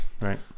right